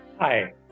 Hi